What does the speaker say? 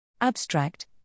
Abstract